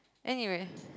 anyways